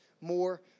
more